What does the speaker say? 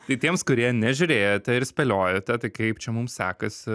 tai tiems kurie nežiūrėjote ir spėliojate tai kaip čia mums sekasi